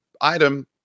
item